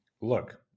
Look